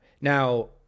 Now